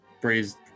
braised